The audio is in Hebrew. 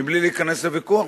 מבלי להיכנס לוויכוח,